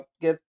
get